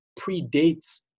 predates